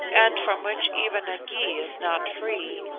and from which even a gy is not free,